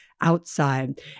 outside